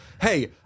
hey